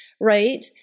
Right